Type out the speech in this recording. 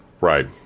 Right